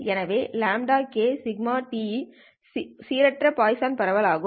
எனவே λkδt ஒரு சீரற்ற பாய்சான் பரவல் ஆகும்